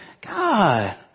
God